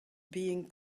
being